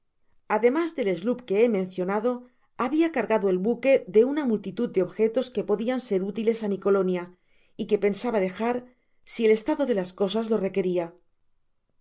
ademas del sloop que he mencionado habia cargado el buque de una multitud de objetos que podian ser útiles á mi colonia y que pensaba dejar si el estado de las cosas lo requeria